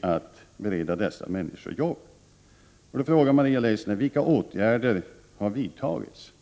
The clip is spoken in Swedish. att bereda dessa människor jobb! Maria Leissner frågar: Vilka åtgärder har vidtagits?